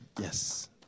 Yes